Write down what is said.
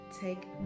take